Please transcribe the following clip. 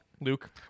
Luke